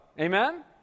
Amen